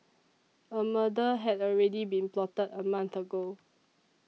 a murder had already been plotted a month ago